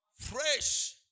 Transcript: Fresh